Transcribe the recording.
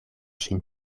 ŝin